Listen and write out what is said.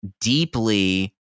deeply